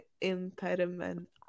impediment